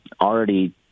already